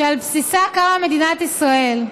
שעל בסיסו קמה מדינת ישראל.